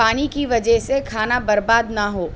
پانی کی وجہ سے کھانا برباد نہ ہو